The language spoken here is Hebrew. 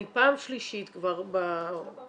אני פעם שלישית כבר -- לא,